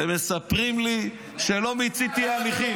הם מספרים לי שלא מיציתי הליכים.